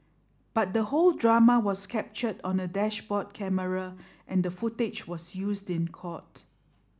but the whole drama was captured on a dashboard camera and the footage was used in court